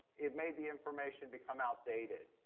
it made the information become outdated.